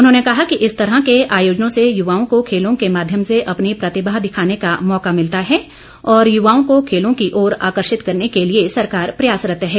उन्होंने कहा कि इस तरह के आयोजनों से युवाओं को खेलों के माध्यम से अपनी प्रतिभा दिखाने का मौका मिलता है और युवाओं को खेलों की ओर आकर्षित करने के लिए सरकार प्रयासरत्त है